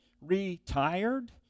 Retired